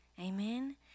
Amen